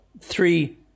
three